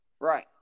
Right